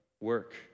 work